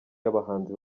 y’abahanzi